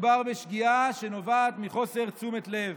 מדובר בשגיאה שנובעת מחוסר תשומת לב,